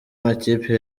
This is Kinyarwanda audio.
makipe